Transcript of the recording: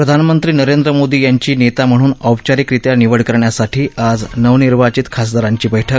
प्रधानमंत्री नरेंद्र मोदी यांची नप्ति म्हणून औपचारिक रीत्या निवड करण्यासाठी आज नवनिर्वाचित खासदारांची बळि